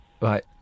Right